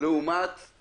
בזכות מה?